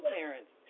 parents